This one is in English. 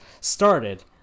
started